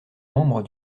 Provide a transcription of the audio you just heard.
membre